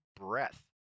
breath